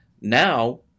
now